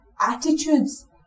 attitudes